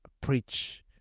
preach